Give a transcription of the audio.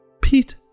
Pete